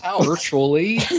Virtually